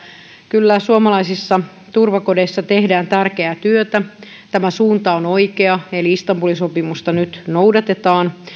kyllä suomalaisissa turvakodeissa tehdään tärkeää työtä tämä suunta on oikea eli istanbulin sopimusta nyt noudatetaan